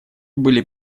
были